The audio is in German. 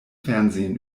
fernsehen